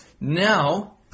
Now